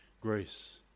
grace